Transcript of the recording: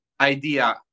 idea